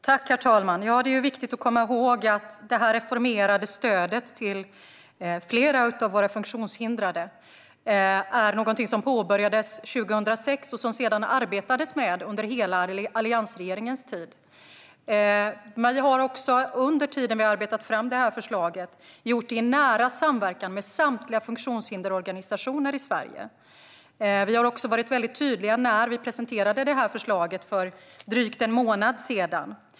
Herr talman! Det är viktigt att komma ihåg att det reformerade stödet till vissa av våra funktionshindrade är någonting som påbörjades 2006 och som sedan arbetades med under hela alliansregeringens tid. Under tiden vi har arbetat fram detta förslag har vi haft nära samverkan med samtliga funktionshindersorganisationer i Sverige. Vi var också väldigt tydliga när vi presenterade förslaget för drygt en månad sedan.